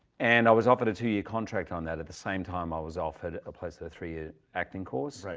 and i was offered a two year contract on that at the same time i was offered a place at a three year acting course,